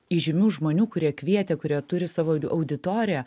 įžymių žmonių kurie kvietė kurie turi savo auditoriją